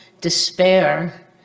despair